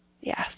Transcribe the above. Yes